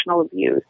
abuse